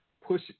push